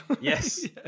yes